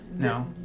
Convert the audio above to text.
No